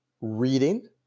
reading